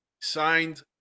signed